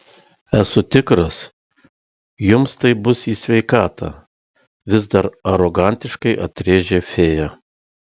esu tikras jums tai bus į sveikatą vis dar arogantiškai atrėžė fėja